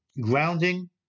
grounding